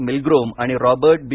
Milgrom आणि Robert बी